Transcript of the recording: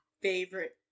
favorite